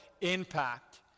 impact